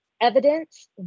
evidence